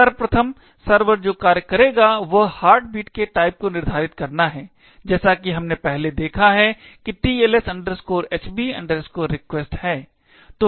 सर्वप्रथम सर्वर जो कार्य करेगा वह हार्टबीट के टाइप को निर्धारित करना है जैसा कि हमने पहले देखा है कि TLS HB REQUEST है